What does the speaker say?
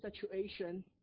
situation